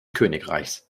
königreichs